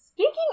Speaking